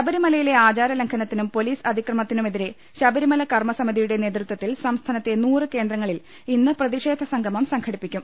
ശബരിമലയിലെ ആചാര ലംഘനത്തിനും പോലീസ് അതിക്ര മത്തിനുമെതിരെ ശബരിമല കർമസമിതിയുടെ നേതൃത്വത്തിൽ സംസ്ഥാനത്തെ നൂറ് കേന്ദ്രങ്ങളിൽ ഇന്ന് പ്രതിഷേധസംഗമം സംഘടിപ്പിക്കും